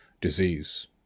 disease